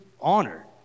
honor